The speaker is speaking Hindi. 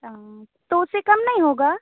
हाँ तो उससे कम नहीं होगा